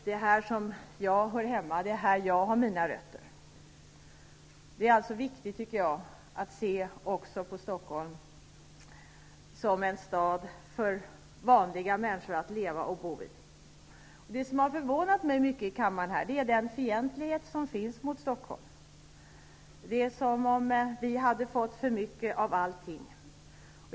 Det är här jag hör hemma och har mina rötter. Jag tycker att det är viktigt att se på Stockholm som en stad för vanliga människor att leva och bo i. Den fientlighet som finns mot Stockholm har förvånat mig mycket i kammaren. Det är som om vi skulle ha fått för mycket av allting.